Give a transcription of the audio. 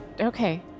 Okay